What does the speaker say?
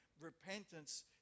Repentance